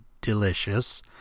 delicious